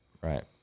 Right